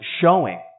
showing